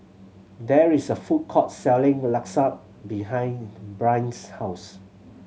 there is a food court selling Lasagne behind Brynn's house